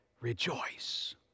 rejoice